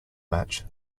match